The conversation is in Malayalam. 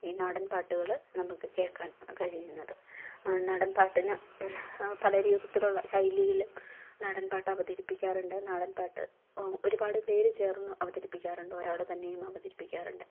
ഈ നാടന്പാട്ടുകൾ നമുക്ക് കേള്ക്കാന് കഴിയുന്നത് നാടന് പാട്ടിന് പല രൂപത്തിലുള്ള ശൈലിയിൽ നാടന് പാട്ട് അവതരിപ്പിക്കാറുണ്ട് നാടന്പാട്ട് ഒരുപാട് പേര് ചേര്ന്ന് അവതരിപ്പിക്കാറുണ്ട് ഒരാൾ തന്നെയും അവതരിപ്പിക്കാറുണ്ട്